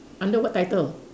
under what title